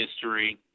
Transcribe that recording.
history